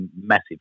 massive